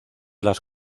las